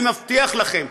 אני מבטיח לכם,